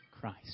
Christ